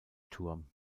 turm